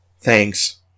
Thanks